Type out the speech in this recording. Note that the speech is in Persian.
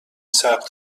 ثبت